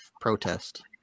protest